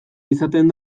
izaten